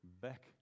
back